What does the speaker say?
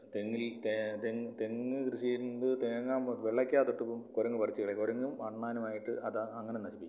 തെങ്ങിൽ തെങ്ങ് തെങ്ങ് കൃഷി ചെയ്യുന്നത് തേങ്ങ വെള്ളയ്ക്ക തൊട്ട് കുരങ്ങ് പറിച്ച് കളയും കുരങ്ങും അണ്ണാനുമായിട്ട് അത് അങ്ങനെ നശിപ്പിക്കും